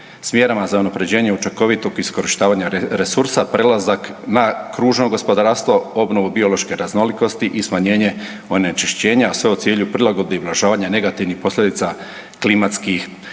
s mjerama za unapređenje učinkovitog iskorištavanja resursa, prelazak na kružno gospodarstvo obnovu biološke raznolikosti i smanjenje onečišćenja, a sve u cilju prilagodbi i ublažavanje negativnih posljedica klimatskih